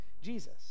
Jesus